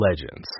Legends